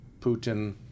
Putin